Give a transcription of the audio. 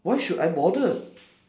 why should I bother